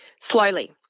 Slowly